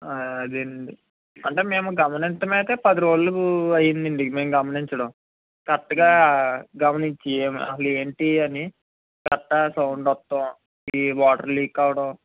అదే అండి అంటే మేము గమనించినాక పది రోజులు అయిందండి మేము గమనించడం కరెక్ట్గా గమనించి అసలు ఏంటి అని కరెక్ట్గా సౌండ్ వస్తు ఈ వాటర్ లీక్ అవ్వడం